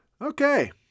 Okay